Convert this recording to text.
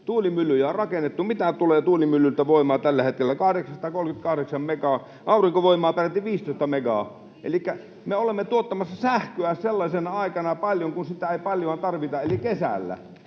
tuulimyllyjä on rakennettu. Mitä tulee tuulimyllyiltä voimaa tällä hetkellä? 838 megaa, aurinkovoimaa peräti 15 megaa. Elikkä me olemme tuottamassa sähköä sellaisena aikana paljon, kun sitä ei paljoa tarvita, eli kesällä.